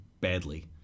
badly